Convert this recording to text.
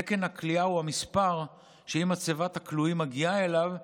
תקן הכליאה הוא המספר שאם מצבת הכלואים מגיעה אליו,